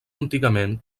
antigament